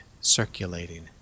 circulating